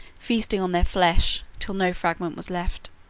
feasting on their flesh till no fragment was left.